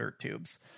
tubes